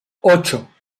ocho